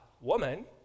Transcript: woman